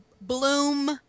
bloom